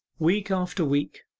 week after week,